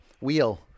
Wheel